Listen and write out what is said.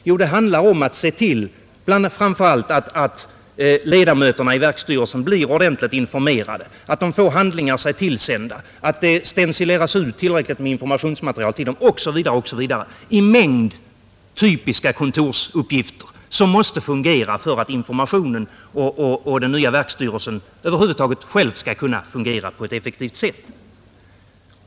Jo, framför allt gäller det att se till att ledamöterna i verksstyrelsen blir ordentligt informerade, att de får handlingar sig tillsända, att det stencileras tillräckligt med informationsmaterial till dem osv., dvs. en mängd typiska kontorsuppgifter. Dessa måste skötas för att informationen och den nya verksstyrelsen skall kunna fungera på ett effektivt sätt.